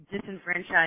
disenfranchised